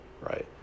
right